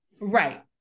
Right